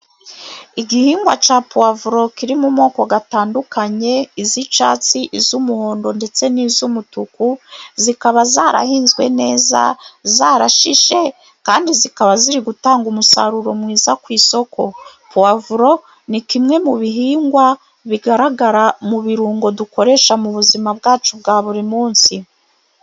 Igihingwa ca puwavuro kirimo amoko atandukanye iz' icyatsi, iz' umuhondo ndetse ni iz' umutuku zikaba zarahinzwe neza, zarashishe kandi zikaba ziri gutanga umusaruro mwiza ku isoko; puwavuro ni kimwe mu bihingwa bigaragara mu birungo dukoresha mu buzima bwacu bwa buri munsi.